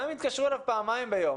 גם אם יתקשרו אליו פעמיים ביום.